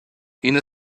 ina